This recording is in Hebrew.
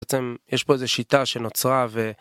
יש פה איזה שיטה שנוצרה ו...